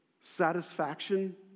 satisfaction